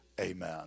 amen